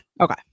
Okay